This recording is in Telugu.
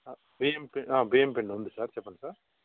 బియ్యం పి బియ్యం పిండి ఉంది సార్ చెప్పండి సార్